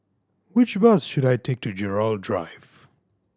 which bus should I take to Gerald Drive